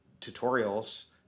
tutorials